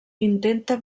intenta